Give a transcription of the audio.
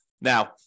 Now